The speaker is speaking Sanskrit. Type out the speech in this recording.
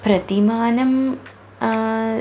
प्रतिमानं